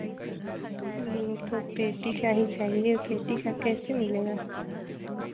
जी तो पेटी का ही चाहिए पेटी का कैसे मिलेगा